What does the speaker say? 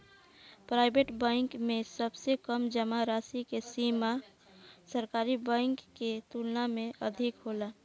private bank में सबसे कम जामा राशि के सीमा सरकारी बैंक के तुलना में अधिक होला